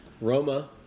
Roma